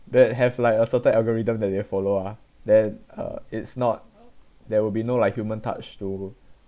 that have like a certain algorithm that they follow ah then uh it's not there will be no like human touch to